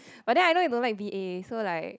but then I know you don't like b_a so like